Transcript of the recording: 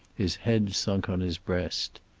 his head sunk on his breast.